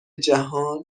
جهان